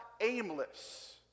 aimless